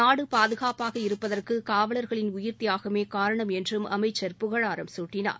நாடு பாதுகாப்பாக இருப்பதற்கு காவலர்களின் உயிர்த்தியாகமே காரணம் என்றும் அமைச்சர் புகழாரம் குட்டினார்